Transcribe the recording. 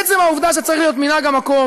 עצם העובדה שצריך להיות מנהג המקום